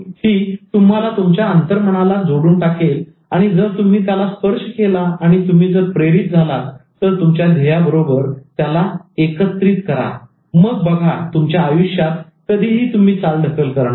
ती तुम्हाला तुमच्या अंतर्मनाला जोडून टाकेल आणि जर तुम्ही त्याला स्पर्श केला आणि तुम्ही जर प्रेरित झालात तर तुमच्या ध्येया बरोबर त्याला संक्रमित एकत्रित करा मग बघा तुमच्या आयुष्यात कधीही तुम्ही चालढकल करणार नाही